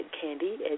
candy